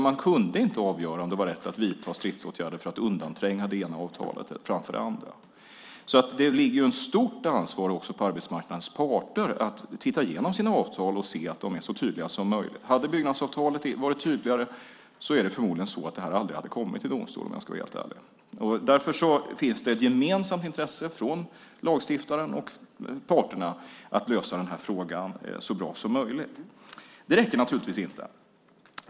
Man kunde inte avgöra om det var rätt att vidta stridsåtgärder för att undantränga något av avtalen. Det ligger ett stort ansvar också på arbetsmarknadens parter att titta igenom sina avtal och se att de är så tydliga som möjligt. Hade byggnadsavtalet varit tydligare hade det här förmodligen aldrig kommit till domstolen, om jag ska vara helt ärlig. Därför finns det ett gemensamt intresse för lagstiftaren och parterna att lösa frågan så bra som möjligt. Det räcker naturligtvis inte.